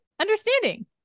understanding